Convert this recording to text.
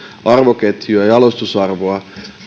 arvoketjuja ja jalostusarvoa